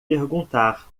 perguntar